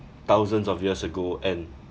thousands of years ago and